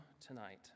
tonight